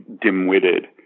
dim-witted